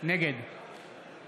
נגד